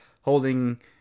holding